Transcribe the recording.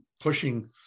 pushing